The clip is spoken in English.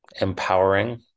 empowering